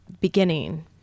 beginning